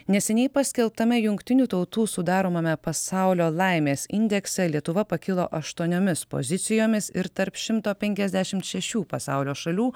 neseniai paskelbtame jungtinių tautų sudaromame pasaulio laimės indekse lietuva pakilo aštuoniomis pozicijomis ir tarp šimto penkiasdešimt šešių pasaulio šalių